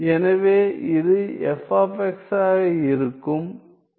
எனவே இது f ஆக இருக்கும்